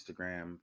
Instagram